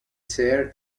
chair